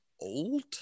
old